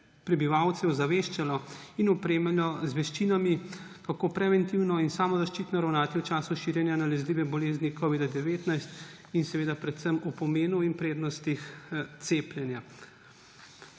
prebivalce ozaveščalo in opremljalo z veščinami, kako preventivno in samozaščitno ravnati v času širjenja nalezljive bolezni covida-19 in predvsem o pomenu in prednostih cepljenja.